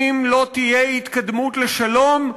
אם לא תהיה התקדמות לשלום,